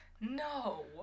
No